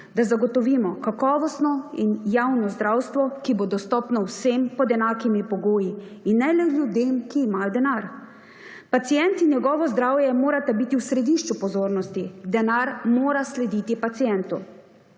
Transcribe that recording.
da zagotovimo kakovostno in javno zdravstvo, ki bo dostopno vsem, pod enakimi pogoji, in ne le ljudem, ki imajo denar. Pacient in njegovo zdravje morata biti v središču pozornosti. Denar mora slediti pacientu.